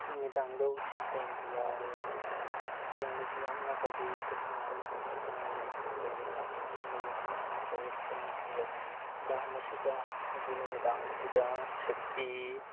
ꯅꯨꯃꯤꯗꯥꯡꯗ ꯎꯆꯦꯛ ꯌꯦꯡꯕ ꯌꯥꯎꯔꯦ ꯌꯦꯡꯕꯁꯤ ꯌꯥꯝꯅ ꯐꯖꯩ ꯄꯨꯛꯅꯤꯡ ꯌꯥꯝ ꯁꯨꯝꯍꯠꯅꯤꯡꯉꯥꯢꯅꯤ ꯑꯩꯈꯣꯏꯒꯤ ꯗꯥꯝ ꯑꯃ ꯂꯩ ꯑꯃꯁꯨꯡ ꯐꯣꯔꯦꯁ ꯑꯃꯁꯨ ꯂꯩ ꯗꯥꯝ ꯑꯁꯤꯗ ꯍꯥꯏꯗꯤ ꯅꯨꯃꯤꯗꯥꯡ ꯑꯁꯤꯗ ꯁꯦꯛꯄꯤ